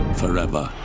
forever